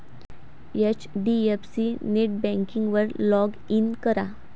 HDFC नेटबँकिंगवर log in करा